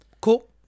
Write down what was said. cool